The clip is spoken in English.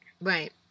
right